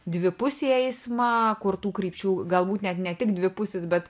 dvipusį eismą kur tų krypčių galbūt net ne tik dvipusis bet